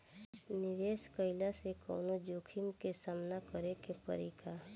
निवेश कईला से कौनो जोखिम के सामना करे क परि का?